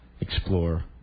explore